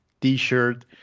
T-shirt